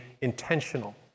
intentional